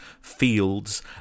fields